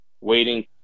waiting